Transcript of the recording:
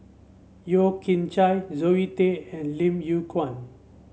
Yeo Kian Chai Zoe Tay and Lim Yew Kuan